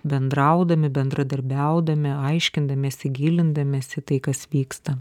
bendraudami bendradarbiaudami aiškindamiesi gilindamiesi į tai kas vyksta